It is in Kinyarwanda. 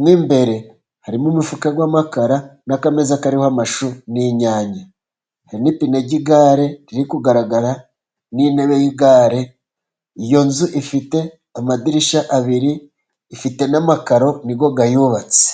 mo imbere harimo umufuka w'amakara n'akameza kariho amashu n'inyanya, hari n'ipine ry'igare riri kugaragara n'intebe y'igare .Iyo nzu ifite amadirishya abiri ,ifite n'amakaro ni yo ayubatse.